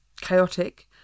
chaotic